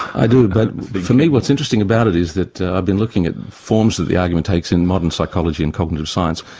i do, but for me what's interesting about it is that i've been looking at forms that the argument takes in modern psychology and cognitive science.